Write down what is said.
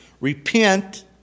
Repent